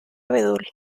abedul